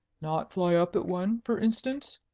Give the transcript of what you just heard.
not fly up at one, for instance?